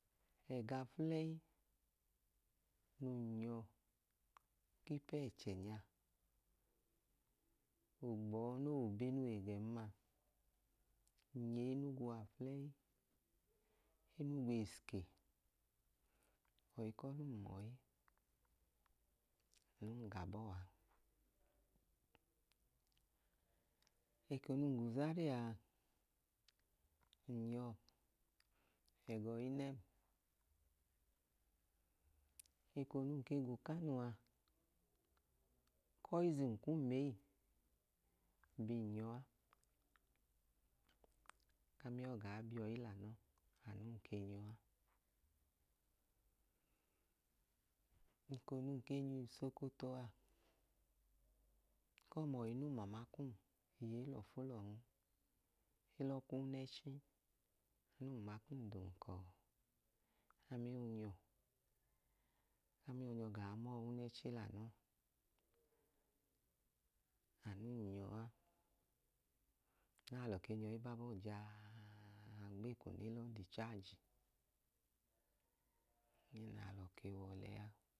Ẹga aflẹyi num nyọ, ipu ẹchẹ nya, num gbọọ noo wẹ ubenuwee gẹn ma, ng nyọ enugwu aflẹyi. Enugwu esike. Ọyi ku ọlẹ um ma ọyi, anu num ga abọọ a. Eko num ga uzariya a, ng nyọ ẹga ọyinẹm. Eko num keg a ukanu a, kọizim kum ee, bi yum nyọ a. O ka amiyọ gaa bi ọyi lẹ anọọ. Eko num ken yọ usokoto a, eko ọma, ọyinẹ umama kum, iye i lọfu lọọn, e lọọ kwu inẹchi. Nẹ umama kum dum ka ọọ, ami oonyọ. Ami oonyọ gaa ma ọọ ibẹchi lẹ anọọ. Anu num nyọ a. Anu nẹ alọ ke baa bọọ jaa gba eko nẹ e lọọ dichaaji. Anu nẹ alọ ke wa ọlẹ a.